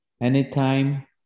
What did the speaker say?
Anytime